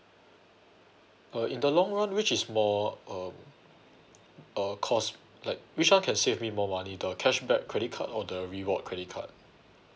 uh in the long one which is more for um uh cost like which [one] can save me more money the cashback credit card or the reward credit card